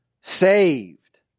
Saved